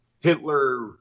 hitler